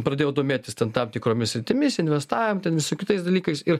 pradėjau domėtis ten tam tikromis sritimis investavimu ten su kitais dalykais ir